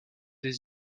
des